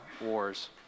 wars